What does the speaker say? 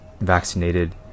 vaccinated